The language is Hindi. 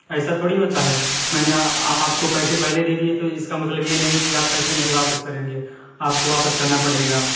ऐसा थोड़ी होता है मैंने आपको पैसे पहले दे दिए थे इसका मतलब ये नहीं की आप पैसे नहीं वापस करेंगे आपको वापस करना पड़ेगा